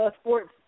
Sports